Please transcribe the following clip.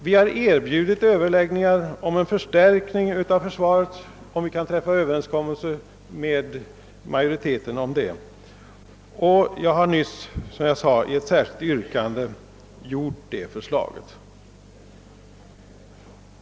Vi har erbjudit överläggningar om en förstärkning av försvaret, ifall överenskommelse om sådana kan träffas med majoriteten, och jag har i ett särskilt yrkande nyss framfört detta förslag.